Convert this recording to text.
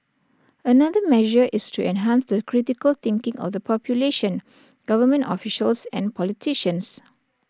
another measure is to enhance the critical thinking of the population government officials and politicians